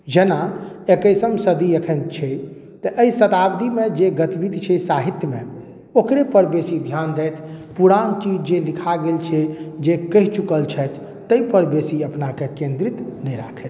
जेना एकैसम सदी एखन छै तऽ एहि शताब्दीमे जे गतिविधि छै साहित्यमे ओकरेपर बेसी ध्यान दैथ पुरान चीज जे लिखा गेल छै जे कहि चुकल छथि ताहिपर बेसी अपनाके केन्द्रित नहि राखथि